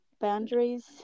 boundaries